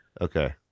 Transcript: okay